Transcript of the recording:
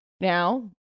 now